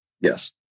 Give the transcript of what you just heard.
Yes